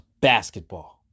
basketball